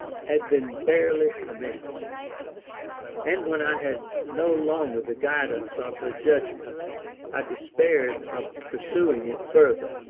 had been barely commenced and when i had no longer the guidance of her judgment i despaired of pursuing it further,